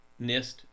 NIST